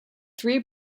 three